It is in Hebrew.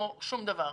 או שום דבר?